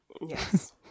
Yes